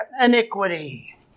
iniquity